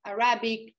Arabic